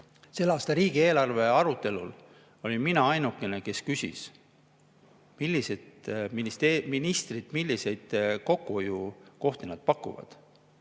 Selle aasta riigieelarve arutelul olin mina ainukene, kes küsis, millised ministrid milliseid kokkuhoiukohti pakuvad.